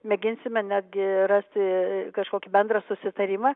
mėginsime netgi rasti kažkokį bendrą susitarimą